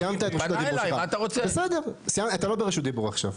סיימת את רשות הדיבור שלך.